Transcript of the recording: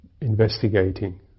investigating